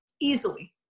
easily